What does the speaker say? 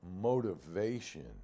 motivation